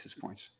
points